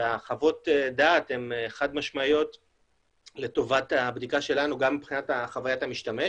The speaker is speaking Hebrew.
וחוות הדעת הן חד משמעיות לטובת הבדיקה שלנו גם מבחינת חוויית המשתמש